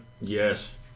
Yes